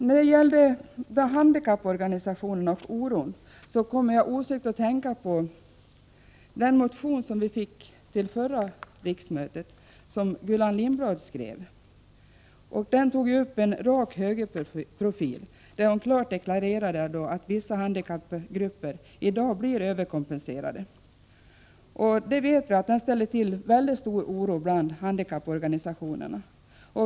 När det gäller handikapporganisationerna och deras oro kommer jag osökt att tänka på den motion som Gullan Lindblad väckte under förra riksmötet. Den tog upp en rak högerprofil, och Gullan Lindblad deklarerade klart att vissa handikappgrupper i dag blir överkompenserade. Denna motion ställde till mycket stor oro bland handikapporganisationerna.